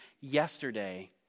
yesterday